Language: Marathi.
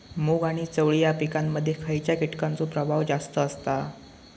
मूग आणि चवळी या पिकांमध्ये खैयच्या कीटकांचो प्रभाव जास्त असता?